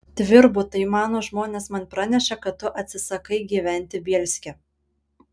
tvirbutai mano žmonės man pranešė kad tu atsisakai gyventi bielske